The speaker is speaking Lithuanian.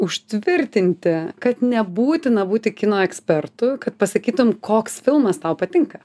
užtvirtinti kad nebūtina būti kino ekspertu kad pasakytum koks filmas tau patinka